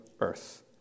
earth